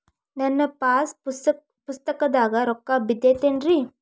ನನ್ನ ಪಾಸ್ ಪುಸ್ತಕದಾಗ ರೊಕ್ಕ ಬಿದ್ದೈತೇನ್ರಿ?